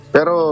Pero